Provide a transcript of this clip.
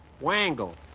Wangle